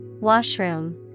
Washroom